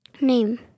name